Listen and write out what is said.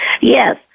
Yes